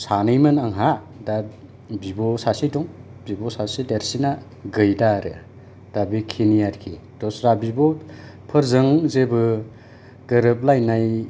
सानै मोन आंहा दा बिब' सासे दं बिब' सासे देरसिना गैला आरो दा बेखिनि आरोखि दस्रा बिब'फोरजों जेबो गोरोबलायनाय